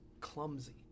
clumsy